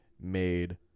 made